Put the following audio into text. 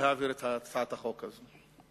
להעביר את הצעת החוק הזאת.